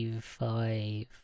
five